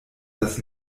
das